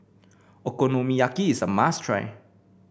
Okonomiyaki is a must try